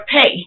pay